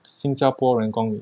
新加坡人公民